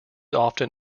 often